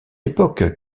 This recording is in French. époque